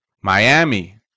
Miami